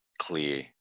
clear